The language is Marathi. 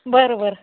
बरं बरं